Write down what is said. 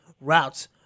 routes